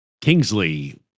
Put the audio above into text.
kingsley